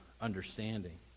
understanding